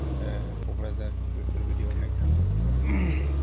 क'क्राझार बेफोरबादि अनेख दङ